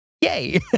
Yay